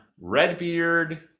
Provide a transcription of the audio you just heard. Redbeard